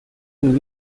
and